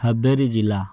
ହାବେରୀ ଜିଲ୍ଲା